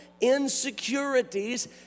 insecurities